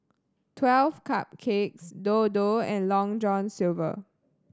Twelve Cupcakes Dodo and Long John Silver